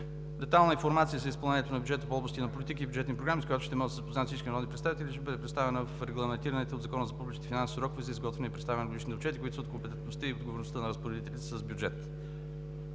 Детайлна информация за изпълнението на бюджета по области на политики и бюджетни програми, с която ще могат да се запознаят всички народни представители, ще бъде представена в регламентираните от Закона за публичните финанси срокове за изготвяне и представяне на годишните отчети, които са от компетентността и отговорността на разпоредителите с бюджет.